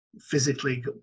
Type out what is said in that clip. physically